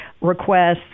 requests